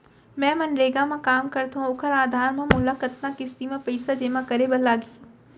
मैं मनरेगा म काम करथो, ओखर आधार म मोला कतना किस्ती म पइसा जेमा करे बर लागही?